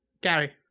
Gary